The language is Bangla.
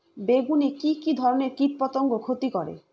বেগুনে কি কী ধরনের কীটপতঙ্গ ক্ষতি করে?